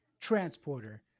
Transporter